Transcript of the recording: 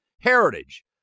Heritage